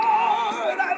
Lord